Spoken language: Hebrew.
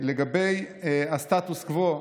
לגבי הסטטוס קוו,